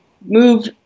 move